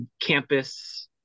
campus